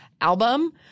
album